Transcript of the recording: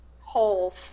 whole